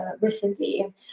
recently